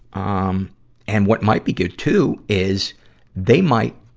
um and what might be good, too, is they might